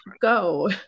go